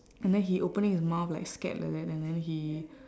and then he opening his mouth like scared like that and then he